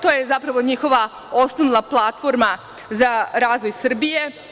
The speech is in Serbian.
To je zapravo njihova osnovna platforma za razvoj Srbije.